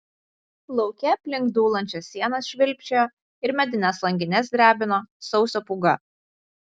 lauke aplink dūlančias sienas švilpčiojo ir medines langines drebino sausio pūga